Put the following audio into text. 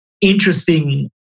interesting